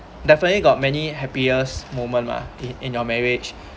definitely got many happiest moment mah in in your marriage